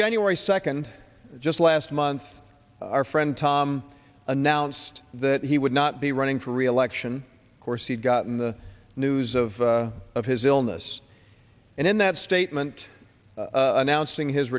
january second just last month our friend tom announced that he would not be running for reelection of course he'd gotten the news of of his illness and in that statement announcing his